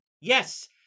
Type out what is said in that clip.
Yes